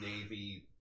navy